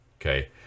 okay